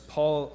Paul